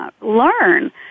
learn